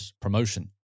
promotion